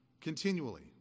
continually